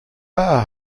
bar